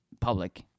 public